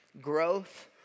Growth